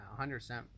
100%